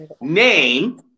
name